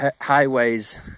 highways